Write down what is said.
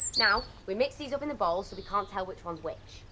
now we mix these up in the bowl so we can't tell which one's which.